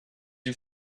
you